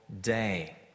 day